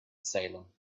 salem